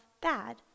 bad